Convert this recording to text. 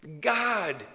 God